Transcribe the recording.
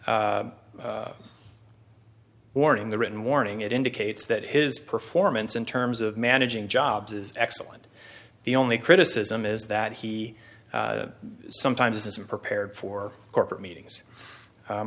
that warning the written warning it indicates that his performance in terms of managing jobs is excellent the only criticism is that he sometimes isn't prepared for corporate meetings